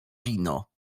wino